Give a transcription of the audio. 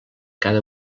cada